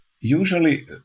usually